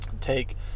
take